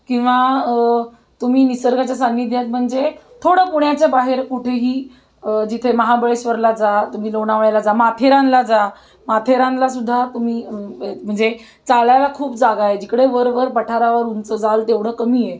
किंवा तुम्ही निसर्गाच्या सान्निध्यात म्हणजे थोडं पुण्याच्या बाहेर कुठेही जिथे महाबळेश्वरला जा तुम्ही लोणावळ्याला जा माथेरानला जा माथेरानलासुद्धा तुम्ही म्हणजे चालायला खूप जागा आहे जिकडे वर वर पठारावर उंचं जाल तेवढं कमी आहे